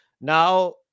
Now